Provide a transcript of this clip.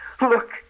Look